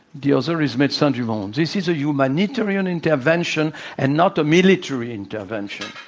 the other is mete st. douvan. this is a humanitarian intervention and not a military intervention.